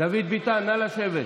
דוד ביטן, נא לשבת.